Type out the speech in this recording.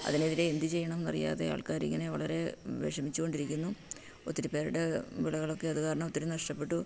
അതിനെതിരെ എന്തു ചെയ്യണമെന്നറിയാതെ ആൾക്കാരിങ്ങനെ വളരെ വിഷമിച്ചുകൊണ്ടിരിക്കുന്നു ഒത്തിരി പേരുടെ വിളകളൊക്കെ അതു കാരണം ഒത്തിരി നഷ്ടപ്പെട്ടു